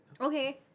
Okay